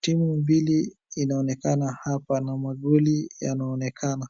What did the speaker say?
Timu mbili inaonekana hapa na magoli yanaonekana